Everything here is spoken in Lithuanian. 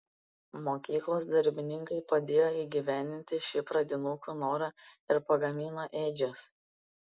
mokyklos darbininkai padėjo įgyvendinti šį pradinukų norą ir pagamino ėdžias